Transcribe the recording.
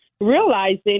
realizing